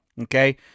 okay